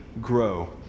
grow